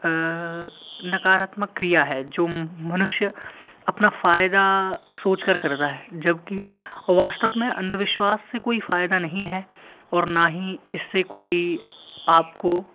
नकारात्मक क्रिया है जो मनुष्य अपना फ़ायदा सोचकर करता है जबकि और वास्तव में अंधविश्वास से कोई फ़ायदा नहीं है और ना ही इससे कोई आपको